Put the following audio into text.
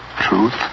truth